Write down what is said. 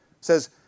says